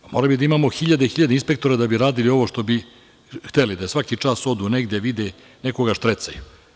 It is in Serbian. Morali bi da imamo hiljade i hiljade inspektora da bi radili ovo što bi hteli, da svaki čas odu negde, vide i nekog štrecaju.